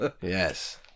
Yes